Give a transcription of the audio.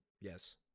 Yes